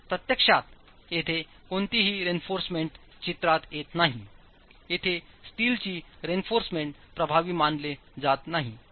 तर प्रत्यक्षात येथे कोणतीही रेइन्फॉर्समेंट चित्रात येत नाही येथे स्टीलचीरेइन्फॉर्समेंट प्रभावी मानले जात नाही